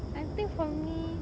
I think for me